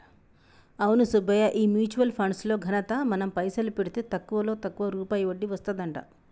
అవును సుబ్బయ్య ఈ mutual funds లో ఘనత మనం పైసలు పెడితే తక్కువలో తక్కువ రూపాయి వడ్డీ వస్తదంట